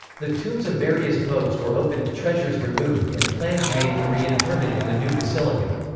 the tombs of various popes were opened, treasures removed and plans made for re-interment in the new basilica.